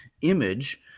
image